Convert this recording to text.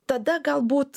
tada galbūt